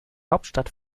hauptstadt